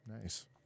Nice